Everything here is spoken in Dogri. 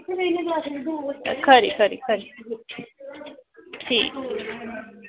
खरी खरी खरी ठीक